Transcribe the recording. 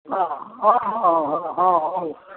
ହଁ ହଁ ହଁ ହଁ ହଁ ହଉ